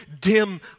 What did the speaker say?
dim